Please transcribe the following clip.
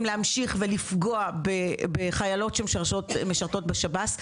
להמשיך ולפגוע בחיילות שמשרתות בשב"ס,